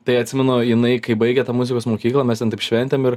tai atsimenu jinai kai baigė tą muzikos mokyklą mes ten taip šventėm ir